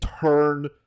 turn